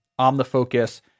OmniFocus